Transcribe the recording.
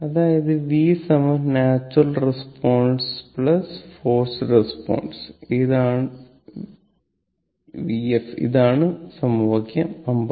അതായത് v natural response vn forced response vf ഇതാണ് സമവാക്യം 59